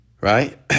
Right